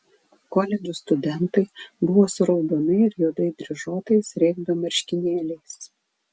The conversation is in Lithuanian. koledžų studentai buvo su raudonai ir juodai dryžuotais regbio marškinėliais